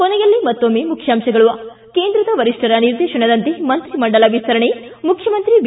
ಕೊನೆಯಲ್ಲಿ ಮತ್ತೊಮ್ಮೆ ಮುಖ್ಯಾಂಶಗಳು ಿ ಕೇಂದ್ರದ ವರಿಷ್ಟರ ನಿರ್ದೇಶನದಂತೆ ಮಂತ್ರಿಮಂಡಲ ವಿಸ್ತರಣೆ ಮುಖ್ಯಮಂತ್ರಿ ಬಿ